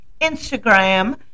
Instagram